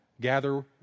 gather